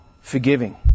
forgiving